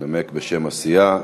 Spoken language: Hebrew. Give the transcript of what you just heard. ינמק בשם הסיעה,